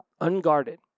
unguarded